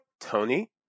Tony